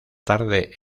tarde